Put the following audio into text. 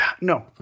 no